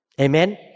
Amen